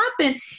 happen